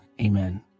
Amen